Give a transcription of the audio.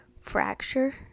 fracture